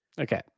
Okay